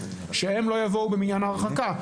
שהם לא יבואו במניין ההרחקה.